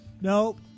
Nope